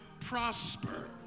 prosper